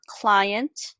client